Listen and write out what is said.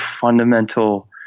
fundamental